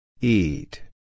Eat